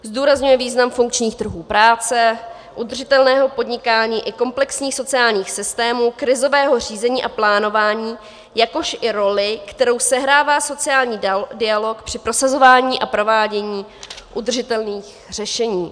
Zdůrazňuje význam funkčních trhů práce, udržitelného podnikáni i komplexních sociálních systémů, krizového řízení a plánování, jakož i roli, kterou sehrává sociální dialog při prosazování a provádění udržitelných řešení.